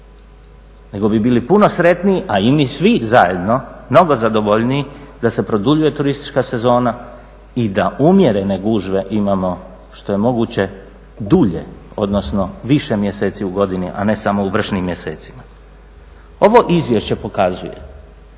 nego bi bili puno sretniji, a i mi svi zajedno mnogo zadovoljniji da se produljuje turistička sezona i da umjerene gužve imamo što je moguće dulje, odnosno više mjeseci u godini, a ne samo u vršnim mjesecima. Ovo izvješće pokazuje